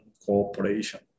cooperation